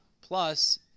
plus